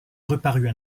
reparut